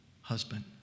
husband